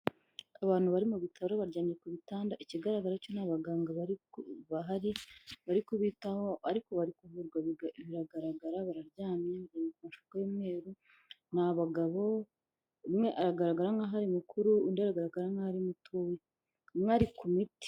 Abantu bari mu bitaro baryamye ku bitanda, ikigaragara cyo nta baganga bahari bari kubitaho, ariko bari kuvurwa biragaragara, bararyamye bambaye imyenda y'umweru, ni abagabo, umwe aragaragara nkaho ari mukuru, undi aragaragara nkaho ari mutoya, umwe ari ku miti.